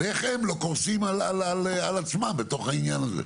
ולראות איך הם לא קורסים על עצמם בתוך העניין הזה.